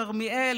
כרמיאל,